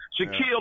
Shaquille